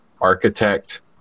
architect